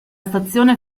stazione